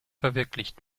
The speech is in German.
verwirklicht